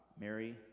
Mary